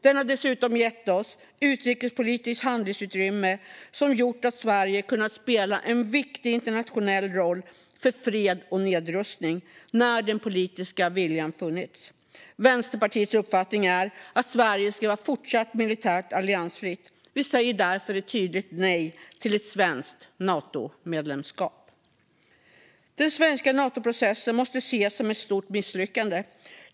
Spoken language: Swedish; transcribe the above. Den har dessutom gett oss ett utrikespolitiskt handlingsutrymme som gjort att Sverige kunnat spela en viktig internationell roll för fred och nedrustning när den politiska viljan funnits. Vänsterpartiets uppfattning är att Sverige ska vara fortsatt militärt alliansfritt. Vi säger därför ett tydligt nej till ett svenskt Natomedlemskap. Den svenska Natoprocessen måste ses som ett stort misslyckande.